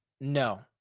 No